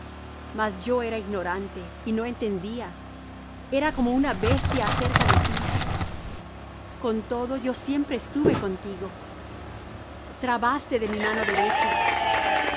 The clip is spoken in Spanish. mas yo era ignorante y no entendía era como una bestia acerca de ti con todo yo siempre estuve contigo trabaste de mi mano derecha